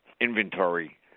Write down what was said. inventory